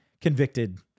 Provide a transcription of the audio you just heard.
Convicted